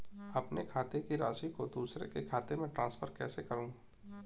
अपने खाते की राशि को दूसरे के खाते में ट्रांसफर कैसे करूँ?